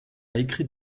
écrit